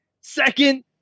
second